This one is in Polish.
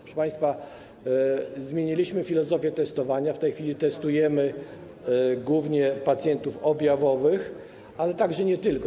Proszę państwa, zmieniliśmy filozofię testowania, w tej chwili testujemy głównie pacjentów objawowych, ale nie tylko.